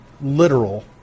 literal